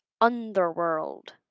Underworld